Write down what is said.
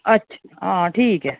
अच्छा हां ठीक ऐ